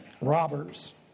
robbers